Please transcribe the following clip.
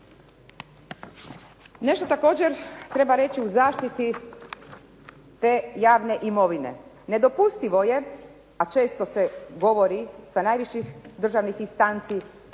Nešto također treba reći u zaštiti te javne imovine. Nedopustivo je, a često se govori sa najviših državnih instanci